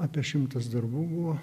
apie šimtas darbų buvo